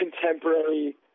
contemporary